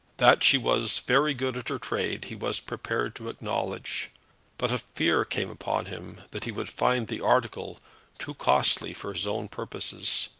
that she was very good at her trade he was prepared to acknowledge but a fear came upon him that he would find the article too costly for his own purposes.